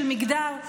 של מגדר.